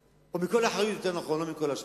או מכל האחריות, נכון יותר, לא מכל אשמה.